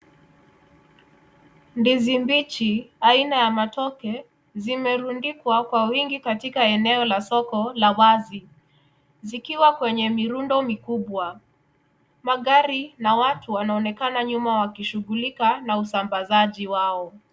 Ndizi mbichi aina ya matoke zimerundikwa kwa wingi katika soko la wasi sikiwa kwenye mirundo mikubwa magari na watu wanaonekana nyuma wakishughulika na usambasaji wao.